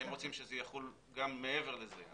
הם רוצים שזה יחול גם מעבר לזה.